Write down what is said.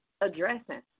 addressing